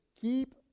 keep